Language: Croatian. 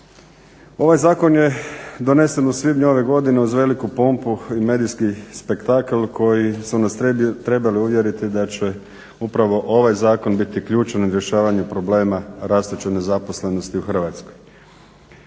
Ovaj zakon je donesen u svibnju ove godine uz veliku pompu i medijski spektakl koji su nas trebali uvjeriti da će upravo ovaj zakon biti ključan u rješavanju problema rastuće nezaposlenosti u Hrvatskoj.